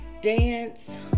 dance